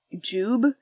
Jube